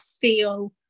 feel